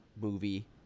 movie